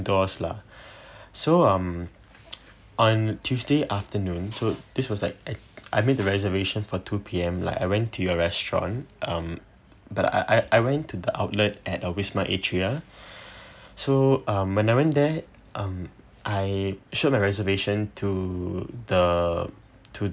outdoors lah so um on tuesday afternoon so this was like I made reservations for two P_M like I went to your restaurant um but I I I went to the outlet at a wisma atria so um when I'm in there um I show my reservation to the to